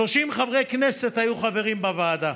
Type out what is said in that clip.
30 חברי כנסת היו חברים בוועדה.